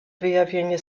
wyjawienie